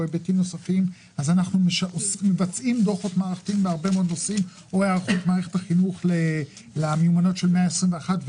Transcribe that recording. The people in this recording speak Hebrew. או היערכות מערכת החינוך למיומנויות של המאה ה-21.